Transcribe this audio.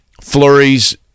flurries